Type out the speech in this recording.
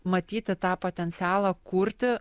matyti tą potencialą kurti